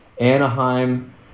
Anaheim